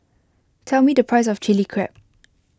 tell me the price of Chili Crab